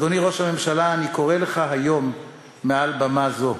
אדוני ראש הממשלה, אני קורא לך היום מעל במה זו: